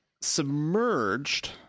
submerged